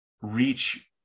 reach